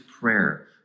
prayer